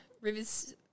Rivers